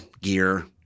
gear